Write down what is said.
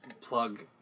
plug